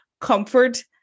comfort